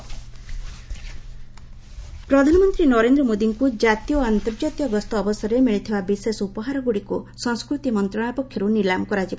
PM gift auction ପ୍ରଧାନମନ୍ତ୍ରୀ ନରେନ୍ଦ୍ର ମୋଦିଙ୍କୁ ଜାତୀୟ ଓ ଅନ୍ତର୍ଜାତୀୟ ଗସ୍ତ ଅବସରରେ ମିଳିଥିବା ବିଶେଷ ଉପହାରଗୁଡ଼ିକୁ ସଂସ୍କୃତି ମନ୍ତ୍ରଣାଳୟ ପକ୍ଷରୁ ନିଲାମ କରାଯିବ